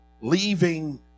leaving